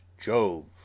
Jove